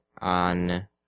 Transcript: on